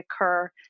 occur